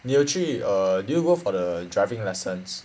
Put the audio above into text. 你有去 err did you go for the driving lessons